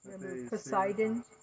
Poseidon